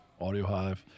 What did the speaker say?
AudioHive